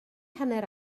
hanner